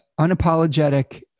unapologetic